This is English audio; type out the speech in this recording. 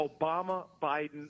Obama-Biden